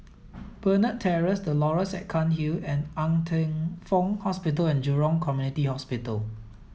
Burner Terrace The Laurels at Cairnhill and Ng Teng Fong Hospital and Jurong Community Hospital